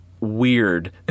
weird